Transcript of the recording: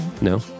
No